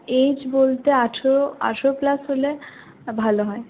age বলতে আঠারো আঠারো প্লাস হলে ভালো হয়